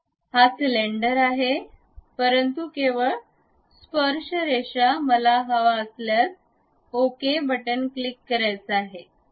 हा सिलिंडर आहे परंतु केवळ स्पर्शरेषा मला हवा असल्यास ओके क्लिक करायचं आहे